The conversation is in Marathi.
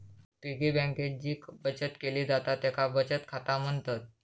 पिगी बँकेत जी बचत केली जाता तेका बचत खाता म्हणतत